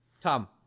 Tom